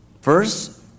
First